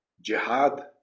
Jihad